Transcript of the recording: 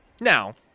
Now